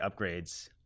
upgrades